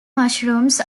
mushrooms